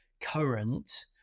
current